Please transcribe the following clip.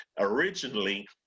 originally